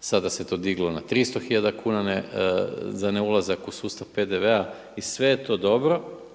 Sada se to diglo na 300 hiljada kuna za ne ulazak u sustav PDV-a i sve je to dobro